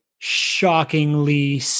Shockingly